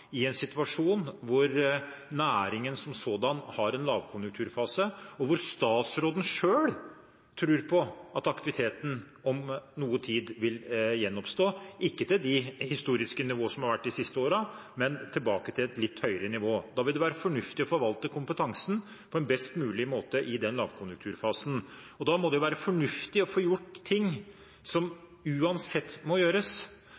i en situasjon hvor næringen som sådan har en lavkonjunkturfase, og hvor statsråden selv tror på at aktiviteten om noe tid vil gjenoppstå – ikke til de historiske nivå som har vært de siste årene, men tilbake til et litt høyere nivå. Da vil det være fornuftig å forvalte kompetansen på en best mulig måte i den lavkonjunkturfasen, og da må det jo være fornuftig å få gjort ting som uansett må gjøres.